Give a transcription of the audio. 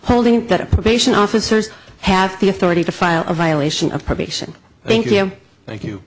holding that patient officers have the authority to file a violation of probation thank you thank you